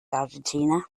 argentina